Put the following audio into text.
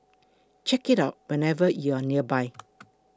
check it out whenever you are nearby